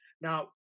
Now